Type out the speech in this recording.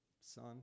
son